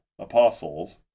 apostles